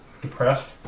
Depressed